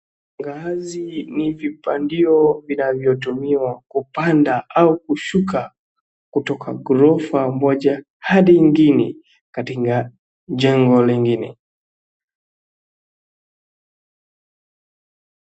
Ngazi ni vipandio vinavyotumiwa kupanda au kushukuka kutoka ghorofa moja hadi ingine katika jengo lingine.